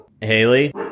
Haley